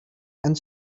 and